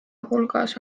hulgas